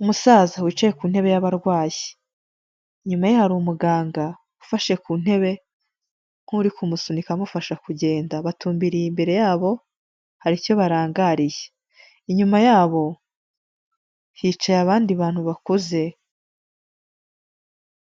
Umusaza wicaye ku ntebe y'abarwayi, inyuma ye hari umuganga ufashe ku ntebe nk'uri kumusunika amufasha kugenda batumbiriye, imbere yabo hari icyo barangariye, inyuma yabo hicaye abandi bantu bakuze